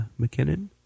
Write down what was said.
McKinnon